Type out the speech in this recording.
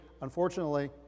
Unfortunately